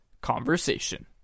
Conversation